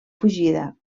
fugida